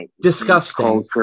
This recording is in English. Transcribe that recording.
Disgusting